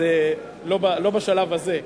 אז, לא בשלב הזה.